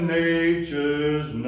nature's